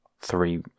three